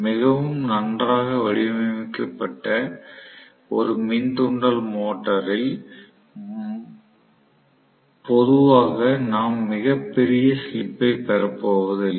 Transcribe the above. மிகவும் நன்றாக வடிவமைக்கப்பட்ட ஒரு மின் தூண்டல் மோட்டரில் பொதுவாக நாம் மிகப் பெரிய ஸ்லிப் ஐ பெறப்போவதில்லை